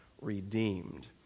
redeemed